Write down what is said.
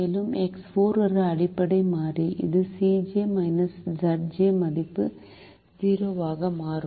மேலும் X4 ஒரு அடிப்படை மாறி இது Cj Zj மதிப்பு 0 ஆக மாறும்